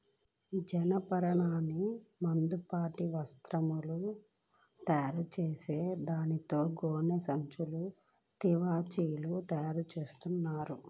జనపనారని మందపాటి వస్త్రంగా తయారుచేసి దాంతో గోనె సంచులు, తివాచీలు తయారుచేత్తన్నారు